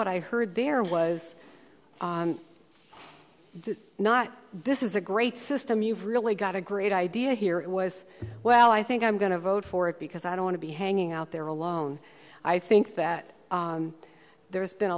what i heard there was not this is a great system you've really got a great idea here it was well i think i'm going to vote for it because i don't want to be hanging out there alone i think that there's been